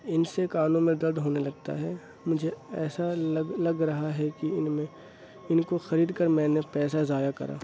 ان سے کانوں میں درد ہونے لگتا ہے مجھے ایسا لگ لگ رہا ہے کہ ان میں ان کو خرید کر میں نے پیسہ ضائع کرا